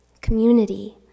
community